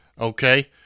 Okay